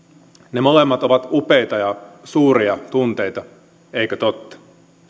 ne molemmat ovat upeita ja suuria tunteita eikö totta